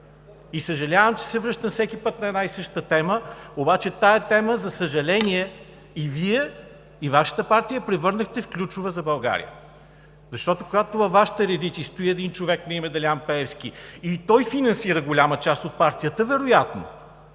И съжалявам, че се връщам всеки път на една и съща тема, обаче тази тема, за съжаление, и Вие, и Вашата партия я превърнахте в ключова за България, защото, когато във Вашите редици стои един човек на име Делян Пеевски и той финансирана голяма част от партията – вероятно,